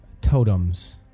totems